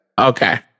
Okay